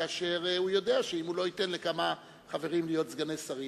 כאשר הוא יודע שאם הוא לא ייתן לכמה חברים להיות סגני שרים,